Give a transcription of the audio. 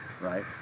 right